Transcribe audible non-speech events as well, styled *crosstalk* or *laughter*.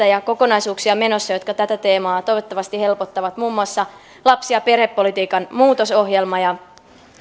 *unintelligible* ja kokonaisuuksia menossa jotka tätä teemaa toivottavasti helpottavat muun muassa lapsi ja perhepolitiikan muutosohjelma ja